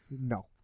no